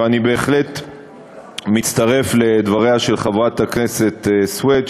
ואני בהחלט מצטרף לדבריה של חברת הכנסת סויד,